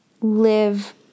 live